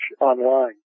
online